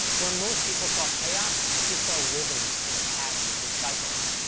where most people saw chaos, he saw rhythms and patterns and cycles.